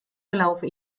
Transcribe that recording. verlaufe